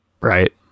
right